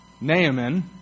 Naaman